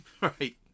Right